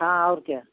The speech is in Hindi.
हाँ और क्या